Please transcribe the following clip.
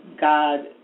God